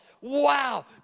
Wow